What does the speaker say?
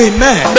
Amen